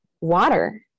water